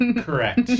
correct